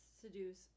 seduce